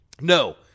No